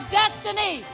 destiny